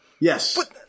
Yes